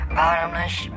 bottomless